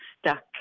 stuck